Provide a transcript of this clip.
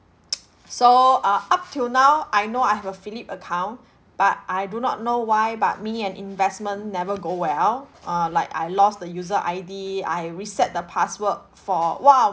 so uh up till now I know I have a phillip account but I do not know why but me and investment never go well uh like I lost the user I_D I reset the password for !wow!